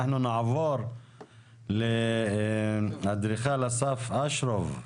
אנחנו נעבור לאדריכל אסף אשרוב,